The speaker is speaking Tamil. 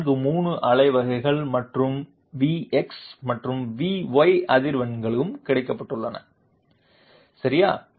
43 அலை வகைகள் மற்றும் vx மற்றும் Vy அதிர்வெண்களும் கண்டுபிடிக்கப்பட்டுள்ளன சரியா